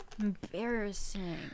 embarrassing